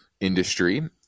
industry